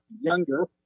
younger